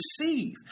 receive